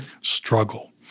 struggle